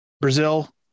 Brazil